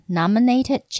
nominated